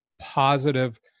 positive